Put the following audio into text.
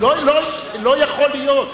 לא יכול להיות,